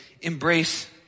embrace